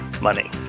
money